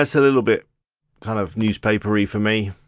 a little bit kind of newspapery for me.